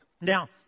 Now